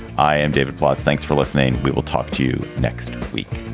i am david plotz. thanks for listening. we will talk to you next week